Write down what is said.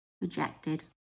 rejected